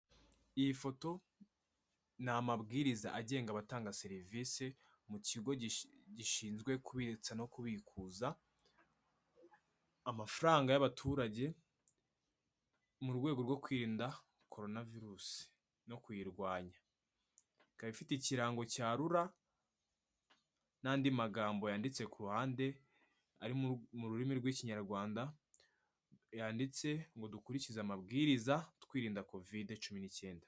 Iyi foto ni amabwiriza agenga abatanga serivisi mu kigo gishinzwe kubitsa no kubikuza amafaranga y'abaturage mu rwego rwo kwirinda coronavirusi no kuyirwanya ikaba ifite ikirango cyarura n'andi magambo yanditse ku ruhande ari mu rurimi rw'ikinyarwanda yanditse ngo dukurikize amabwiriza twirinda covide cumi n'icyenda.